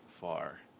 far